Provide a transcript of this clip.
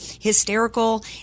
hysterical